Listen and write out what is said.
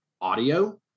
audio